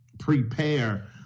prepare